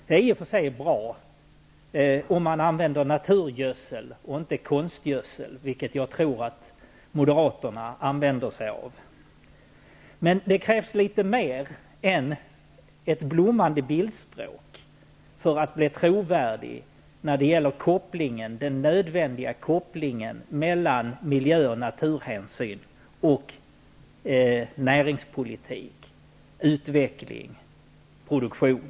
Det är i och för sig bra om man använder naturgödsel och inte konstgödsel, vilket jag tror att moderaterna använder sig av. Det krävs litet mer än ett blommande bildspråk för att bli trovärdig när det gäller den nödvändiga kopplingen mellan miljö och naturhänsyn och näringspolitik, utveckling och produktion.